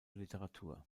literatur